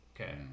Okay